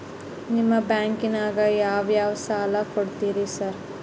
ನಿಮ್ಮ ಬ್ಯಾಂಕಿನಾಗ ಯಾವ್ಯಾವ ಸಾಲ ಕೊಡ್ತೇರಿ ಸಾರ್?